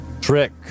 Trick